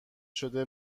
شده